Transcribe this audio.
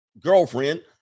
girlfriend